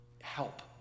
Help